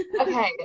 okay